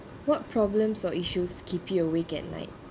what problems or issues keep you awake at night